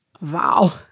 wow